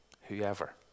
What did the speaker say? whoever